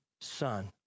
son